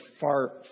far